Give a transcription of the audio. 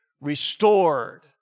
restored